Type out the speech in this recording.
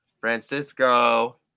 Francisco